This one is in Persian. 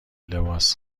لباس